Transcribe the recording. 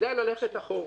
כדאי ללכת אחורה.